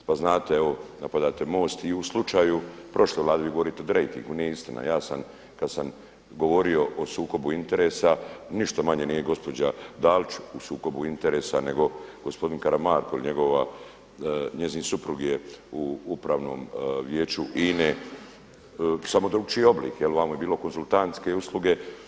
Pa nate evo napadate MOST i u slučaju prošle vlade, vi govorite o rejtingu nije istina, ja sam kada sam govorio o sukobu interesa ništa manje nije gospođa Dalić u sukobu interesa nego gospodin Karamarko ili njezin suprug je u Upravnom vijeću INA-e samo je drugačiji oblik, jel vamo je bilo konzultantske usluge.